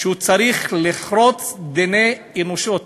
הוא צריך לחרוץ דיני נפשות,